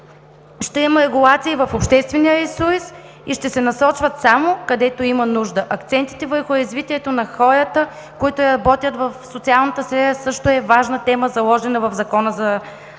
Ще има регулации в обществения ресурс и ще се насочват само, където има нужда. Акцентите върху развитието на хората, които работят в социалната сфера, също е важна тема, заложена в Закона за